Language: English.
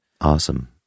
Awesome